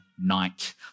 night